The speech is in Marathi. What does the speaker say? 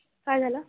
काय झालं